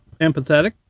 empathetic